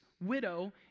widow